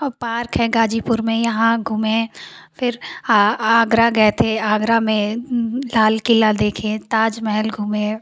और पार्क है गाजीपुर में यहाँ घूमें फिर आगरा गये थे आगरा में लाल किला देखे ताजमहल घूमें